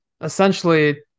essentially